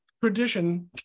tradition